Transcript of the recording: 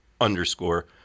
underscore